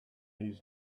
his